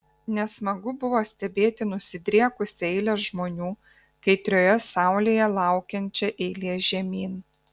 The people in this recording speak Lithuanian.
nesmagu buvo stebėti nusidriekusią eilę žmonių kaitrioje saulėje laukiančią eilės žemyn